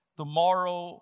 tomorrow